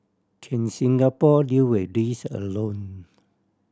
can Singapore deal with this alone